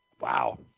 wow